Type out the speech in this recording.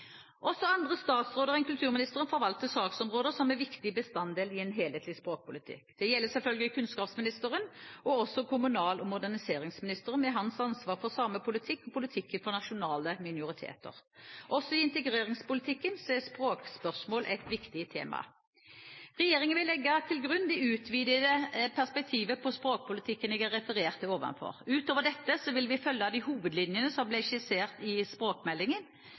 Også andre statsråder enn kulturministeren forvalter saksområder som er viktige bestanddeler i en helhetlig språkpolitikk. Det gjelder selvfølgelig kunnskapsministeren, og også kommunal- og moderniseringsministeren med hans ansvar for samepolitikk og politikken for nasjonale minoriteter. Også i integreringspolitikken er språkspørsmål et viktig tema. Regjeringen vil legge til grunn det utvidede perspektivet på språkpolitikken jeg har referert til ovenfor. Utover dette vil vi følge de hovedlinjene som ble skissert i språkmeldingen,